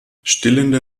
stillende